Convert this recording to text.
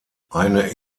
eine